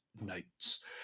notes